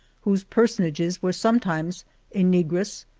whose personages were sometimes a negress,